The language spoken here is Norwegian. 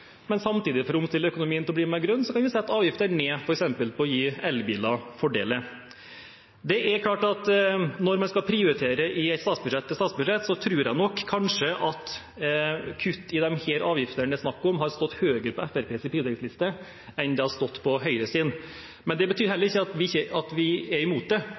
men samtidig kan vi for å omstille økonomien til å bli mer grønn sette avgifter ned og f.eks. gi elbilfordeler. Det er klart at når man skal prioritere i et statsbudsjett, tror jeg kanskje at kutt i de avgiftene det her er snakk om, har stått høyere på Fremskrittspartiets prioriteringsliste enn det har stått på Høyres. Men det betyr heller ikke at vi er imot det.